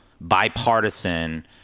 bipartisan